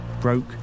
broke